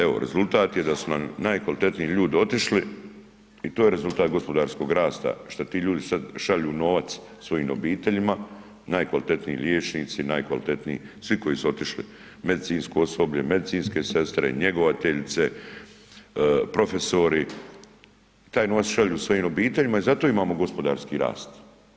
Evo, rezultat je da su nam najkvalitetniji ljudi otišli i to je rezultat gospodarskog rasta što ti ljudi sad šalju novac svojim obiteljima, najkvalitetniji liječnici, najkvalitetniji, svi koji su otišli, medicinsko osoblje, medicinske sestre, njegovateljice, profesori, taj novac šalju svojim obiteljima i zato imamo gospodarski rast.